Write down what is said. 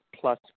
plus